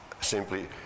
simply